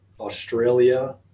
Australia